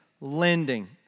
lending